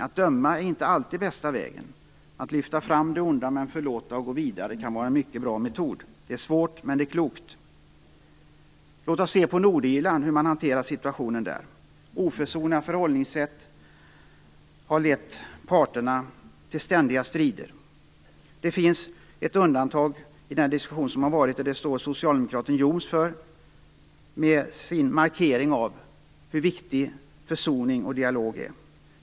Att döma är inte alltid bästa vägen. Att lyfta fram det onda men förlåta och gå vidare kan vara en mycket bra metod. Det är svårt, men det är klokt. Låt oss se på Nordirland och på hur man hanterar situationen där. Oförsonliga förhållningssätt har lett parterna till ständiga strider. Det finns ett undantag i den diskussion som har varit. Det står socialdemokraten Hume för, med sin markering av hur viktigt det är med försoning och dialog.